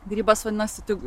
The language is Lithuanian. grybas vadinasi tik